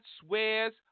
swears